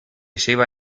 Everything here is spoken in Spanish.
lleva